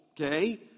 okay